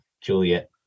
Juliet